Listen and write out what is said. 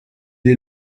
est